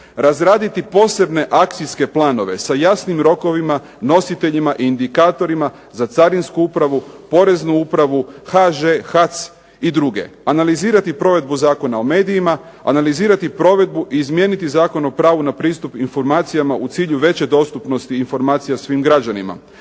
razraditi posebne akcijske planove sa jasnim rokovima, nositeljima i indikatorima za Carinsku upravu, Poreznu upravu, HŽ, HAC i druge, analizirati provedbu Zakona o medijima, analizirati provedbu i izmijeniti Zakon o pravu na pristup informacijama u cilju veće dostupnosti i informacija svim građanima,